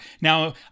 Now